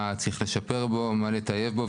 מה צריך לשפר ולטייב בו,